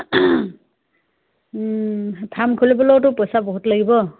farm খুলিবলৈওতো পইচা বহুত লাগিব